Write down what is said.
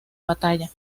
batalla